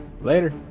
Later